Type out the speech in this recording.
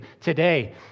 today